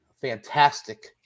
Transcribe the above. fantastic